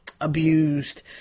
abused